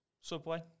Subway